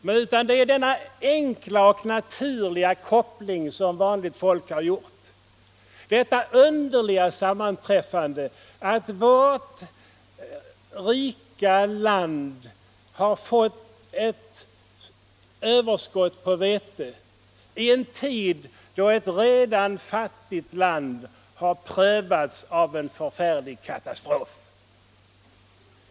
Men vanligt folk har gjort den enkla och naturliga kopplingen att det är ett underligt sammanträffande att vårt rika land har fått ett stort överskott på vete i en tid då ett redan fattigt land drabbats Nr 142 av en förfärlig katastrof.